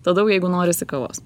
tada jau jeigu norisi kavos